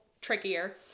trickier